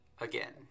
Again